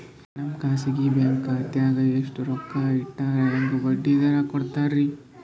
ನಮ್ಮ ಖಾಸಗಿ ಬ್ಯಾಂಕ್ ಖಾತಾದಾಗ ಎಷ್ಟ ರೊಕ್ಕ ಇಟ್ಟರ ಹೆಂಗ ಬಡ್ಡಿ ದರ ಕೂಡತಾರಿ?